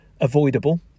avoidable